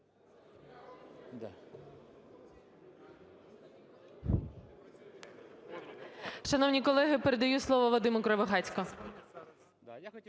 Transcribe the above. Дякую.